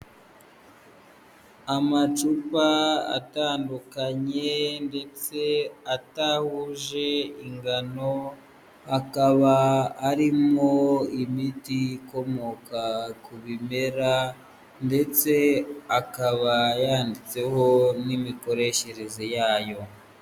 Amacupa atandukanye ndetse atahuje ingano akaba arimo imiti ikomoka ku bimera ndetse akaba yanditseho n'imikoreshereze yayo.